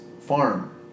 farm